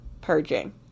purging